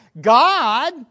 God